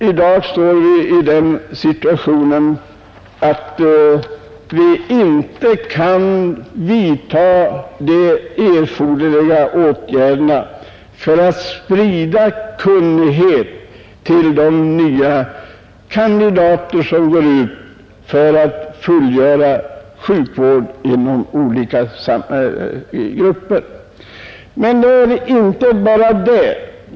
I dag står vi i den situationen att vi inte kan vidta erforderliga åtgärder för att sprida kunskap till de nya kandidater som skall ge sjukvård inom olika grupper. Men det är inte bara det.